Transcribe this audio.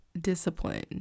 Discipline